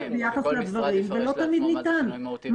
ניתן.